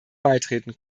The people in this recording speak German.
beitreten